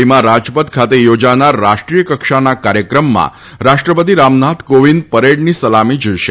દિલ્હીમાં રાજપથ ખાતે યોજાનાર રાષ્ટ્રીય કક્ષાના કાર્યક્રમમાં રાષ્ટ્રપતિ રામનાથ કોવિંદ પરેડની સલામતી ઝીલશે